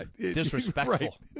Disrespectful